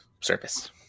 service